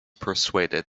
persuaded